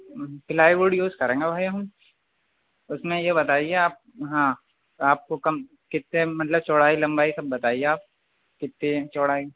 fly would use کریں گا بھائی ہم اس میں یہ بتائیے آپ ہاں آپ کو کم کتے مطلب چڑائی لمبائی سب بتائیے آپ کتے چڑھائی